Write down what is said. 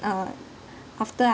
uh after I